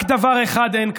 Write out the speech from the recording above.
רק דבר אחד אין כאן,